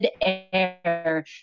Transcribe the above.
air